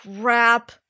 crap